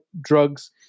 drugs